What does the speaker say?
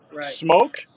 smoke